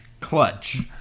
Clutch